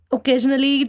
Occasionally